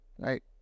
right